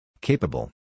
Capable